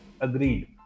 Agreed